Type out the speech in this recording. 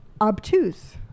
Obtuse